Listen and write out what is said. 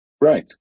Right